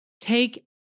Take